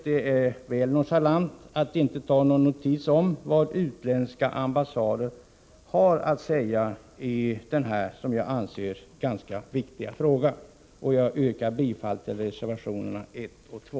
Det är nonchalant att inte ta någon notis om vad utländska ambassader har att säga i denna ganska viktiga fråga. Jag yrkar bifall till reservationerna 1 och 2.